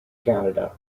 canada